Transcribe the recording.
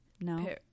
No